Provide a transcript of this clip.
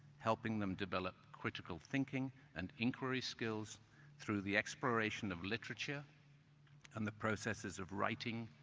helping them develop critical thinking and inquiry skills through the exploration of literature and the processes of writing,